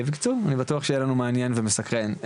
אני בטוח שיהיה לנו מעניין ומסקרן.